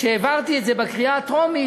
כשהעברנו את זה בקריאה הטרומית,